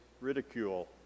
ridicule